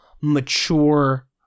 mature